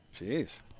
jeez